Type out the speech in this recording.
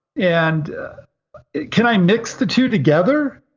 and can i mix the two together?